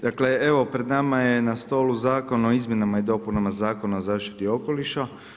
Dakle, evo, pred nama je na stoli Zakon o izmjenama i dopuna Zakona o zaštiti okoliša.